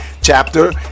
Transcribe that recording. chapter